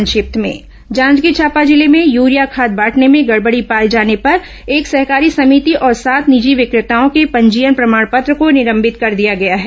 संक्षिप्त समाचार जांजगीर चांपा जिले में यूरिया खाद बांटने में गड़बड़ी पाए जाने पर एक सहकारी समिति और सात निजी विक्रेताओं के पंजीयन प्रमाण पत्र को निलंबित कर दिया गया है